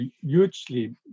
hugely